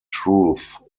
truth